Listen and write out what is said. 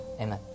Amen